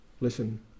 Listen